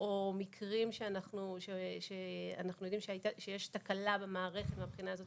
או מקרים שאנחנו יודעים שיש תקלה במערכת מהבחינה הזאת